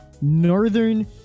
northern